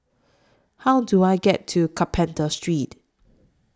How Do I get to Carpenter Street